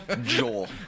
Joel